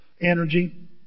energy